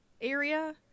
area